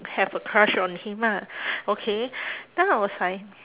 have a crush on him lah okay then I was like